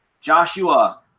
Joshua